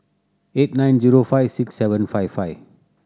eight nine zero five six seven five five